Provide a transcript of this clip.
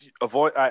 Avoid